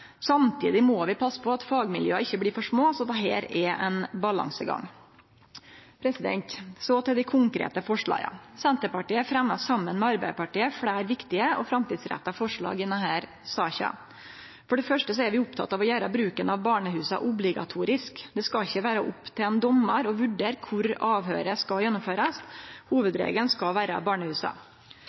samtidig må vi passe på at fagmiljøa ikkje blir for små. Dette er ein balansegang. Så til dei konkrete forslaga: Senterpartiet fremjar, saman med Arbeidarpartiet, fleire viktige og framtidsretta forslag i denne saka. For det første er vi opptekne av å gjere bruken av barnehusa obligatorisk. Det skal ikkje vere opp til ein dommar å vurdere kvar avhøyret skal gjennomførast; hovudregelen skal vere barnehusa.